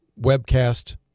webcast